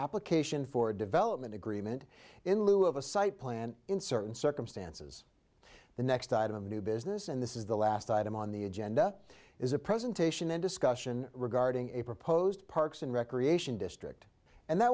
application for a development agreement in lieu of a site plan in certain circumstances the next item of new business and this is the last item on the agenda is a presentation and discussion regarding a proposed parks and recreation district and that